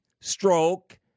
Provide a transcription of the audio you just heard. stroke